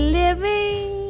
living